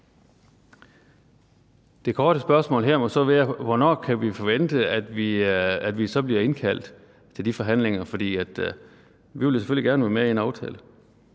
Det korte spørgsmål må så være: Hvornår kan vi så forvente at vi bliver indkaldt til de forhandlinger? For vi vil da selvfølgelig gerne være med i en aftale.